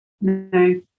no